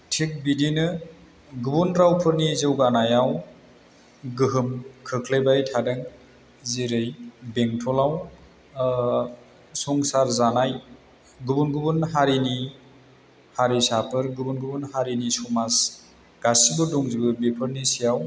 थिख बिदिनो गुबुन रावफोरनि जौगानायाव गोहोम खोख्लैबाय थादों जेरै बेंटलाव संसार जानाय गुबुन गुबुन हारिनि हारिसाफोर गुबुन गुबुन हारिनि समाज गासिबो दंजोबो बिफोरनि सायाव